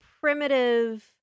primitive